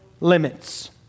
limits